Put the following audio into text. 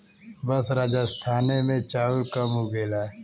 बस राजस्थाने मे चाउर कम उगेला